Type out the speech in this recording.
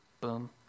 boom